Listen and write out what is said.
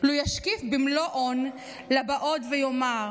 / לו ישקיף במלוא און לבאות ויאמר: